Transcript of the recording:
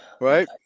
right